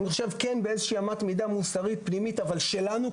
אני חושב שבאיזושהי אמת מידה מוסרית פנימית שלנו,